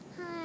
Hi